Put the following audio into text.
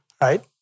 right